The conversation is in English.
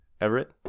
Everett